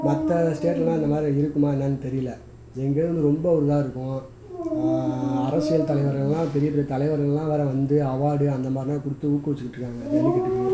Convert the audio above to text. மற்ற ஸ்டேட்லெல்லாம் இந்த மாதிரி இருக்குமா என்னென்னு தெரியல எங்கள் ஏரியாவில் வந்து ரொம்ப ஒரு இதாக இருக்கும் அரசியல் தலைவர்களெலாம் பெரிய பெரிய தலைவர்களெலாம் வேறு வந்து அவார்டு அந்த மாதிரிலாம் கொடுத்து ஊக்குவிச்சுக்கிட்டு இருக்காங்க ஜல்லிக்கட்டுக்கு